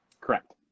correct